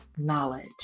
knowledge